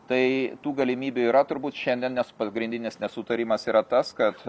tai tų galimybių yra turbūt šiandien nes pagrindinis nesutarimas yra tas kad